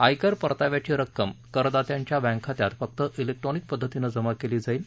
आयकर परताव्याची रक्कम करदात्याच्या बँक खात्यात फक्त ाज्ञिक्ट्रॉनिक पद्धतीनं जमा केली जाईल